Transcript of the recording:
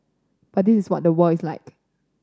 but this is what the world is like